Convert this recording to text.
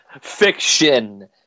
Fiction